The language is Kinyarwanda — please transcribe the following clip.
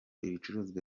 ibicuruzwa